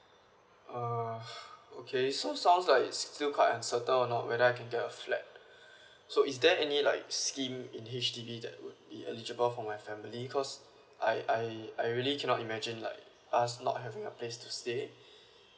uh okay so sounds like it's still quite uncertain or not whether I can get a flat so is there any like scheme in H_D_B that would be eligible for my family cause I I I really cannot imagine like us not having a place to stay